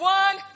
one